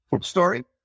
story